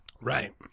Right